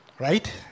Right